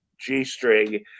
g-string